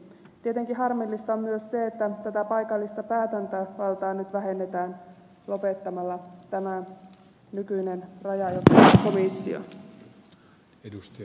tietenkin harmillista on myös se että tätä paikallista päätäntävaltaa nyt vähennetään lopettamalla nykyinen rajajokikomissio